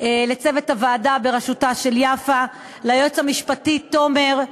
לצוות הוועדה בראשותה של יפה, ליועץ המשפטי תומר,